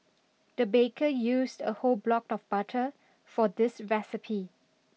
the baker used a whole block of butter for this recipe